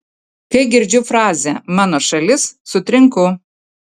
kai girdžiu frazę mano šalis sutrinku